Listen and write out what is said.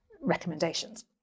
recommendations